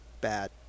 bad